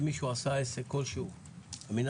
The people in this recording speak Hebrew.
אם מישהו עשה עסק כלשהו,